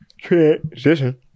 Transition